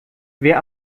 wer